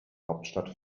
hauptstadt